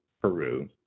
Peru